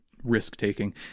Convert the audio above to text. risk-taking